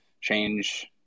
change